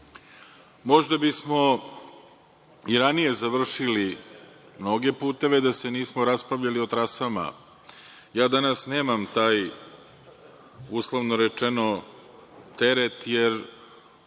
bismo i ranije završili mnoge puteve da se nismo raspravljali o trasama. Ja danas nemam taj uslovno rečeno teret, jer